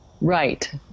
right